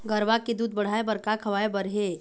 गरवा के दूध बढ़ाये बर का खवाए बर हे?